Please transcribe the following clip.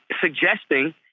suggesting